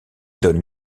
donne